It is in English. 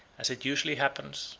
as it usually happens,